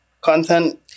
content